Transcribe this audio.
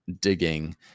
digging